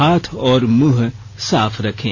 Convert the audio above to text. हाथ और मुंह साफ रखें